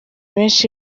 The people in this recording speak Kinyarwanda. benshi